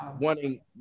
wanting